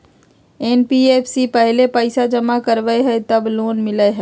NBFC पहले पईसा जमा करवहई जब लोन मिलहई?